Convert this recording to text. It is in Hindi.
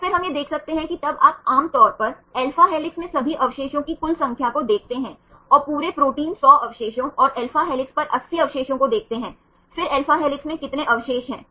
तो फिर हम यह देख सकते हैं कि तब आप आम तौर पर alpha हेलिक्स में सभी अवशेषों की कुल संख्या को देखते हैं और पूरे प्रोटीन 100 अवशेषों और alpha हेलिक्स पर 80 अवशेषों को देखते हैं फिर alpha हेलिक्स में कितने अवशेष हैं